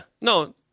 No